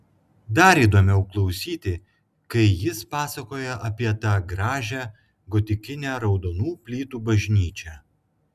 dar įdomiau klausyti kai jis pasakoja apie tą gražią gotikinę raudonų plytų bažnyčią